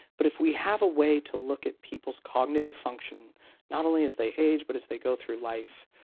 but if we have a way to look at people's cognitive function not only as they age, but as they go through life,